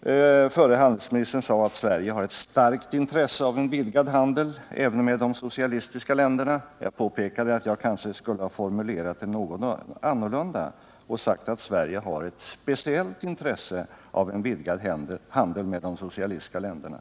Den förre handelsministern sade i den tidigare debatten att Sverige har ett starkt intresse av en vidgad handel även med de socialistiska länderna. Jag påpekade att jag kanske skulle ha formulerat det något annorlunda, nämligen att Sverige har ett speciellt intresse för vidgad handel med de socialistiska länderna.